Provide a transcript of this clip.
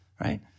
right